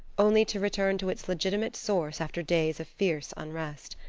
only to return to its legitimate source after days of fierce unrest.